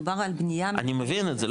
מדובר על בנייה -- אני מבין את זה,